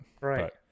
Right